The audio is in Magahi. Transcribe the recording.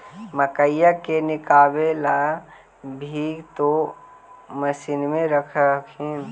मकईया के निकलबे ला भी तो मसिनबे रख हखिन?